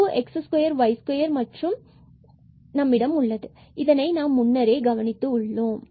பின்பு 8 x3நம்மிடம் உள்ளது மற்றும் 2 x2y2 இதை நாம் முன்னரே கவனித்து உள்ளோம்